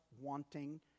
wanting